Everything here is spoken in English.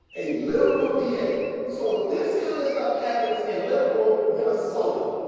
a liberal da. so if this kind of stuff happens in liberal minnesota.